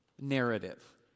narrative